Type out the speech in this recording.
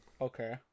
Okay